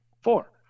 four